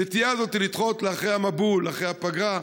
הנטייה הזאת לדחות לאחרי המבול, אחרי הפגרה,